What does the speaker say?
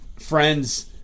friends